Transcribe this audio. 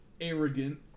arrogant